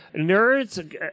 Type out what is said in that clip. Nerds